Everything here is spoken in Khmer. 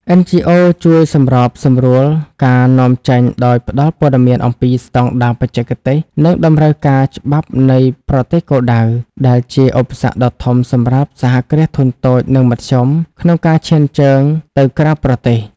NGOs ជួយសម្របសម្រួលការនាំចេញដោយផ្ដល់ព័ត៌មានអំពីស្ដង់ដារបច្ចេកទេស និងតម្រូវការច្បាប់នៃប្រទេសគោលដៅ ដែលជាឧបសគ្គដ៏ធំសម្រាប់ សហគ្រាសធុនតូច និងមធ្យម ក្នុងការឈានជើងទៅក្រៅប្រទេស។